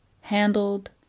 handled